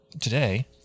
today